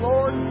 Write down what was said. Lord